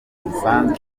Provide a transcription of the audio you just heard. zisanzwe